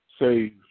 Say